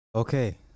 Okay